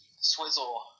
Swizzle